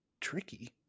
tricky